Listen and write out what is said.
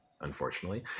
unfortunately